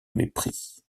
mépris